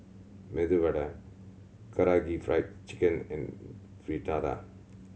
Medu Vada Karaage Fried Chicken and Fritada